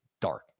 dark